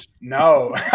No